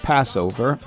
Passover